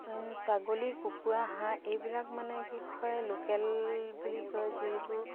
ছাগলী কুকুৰা হাঁহ এইবিলাক মানে কি হয় লোকেল বুলি কয় যিটো